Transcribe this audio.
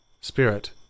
Spirit